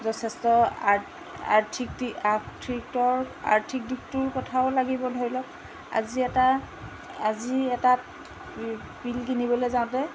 যথেষ্ট আৰ্থিক দিশটোৰ কথাও লাগিব ধৰি লওক আজি এটা আজি এটা পিল কিনিবলৈ যাওঁতে